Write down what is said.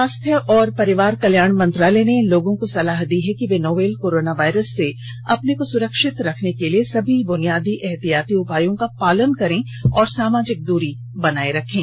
स्वास्थ्य और परिवार कल्याण मंत्रालय ने लोगों को सलाह दी है कि वे नोवल कोरोना वायरस से अपने को सुरक्षित रखने के लिए सभी बुनियादी एहतियाती उपायों का पालन करें और सामाजिक दूरी बनाए रखें